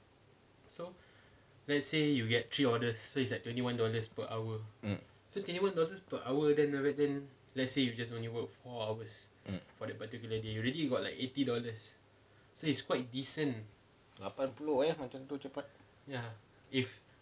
mm mm lapan puluh eh macam tu cepat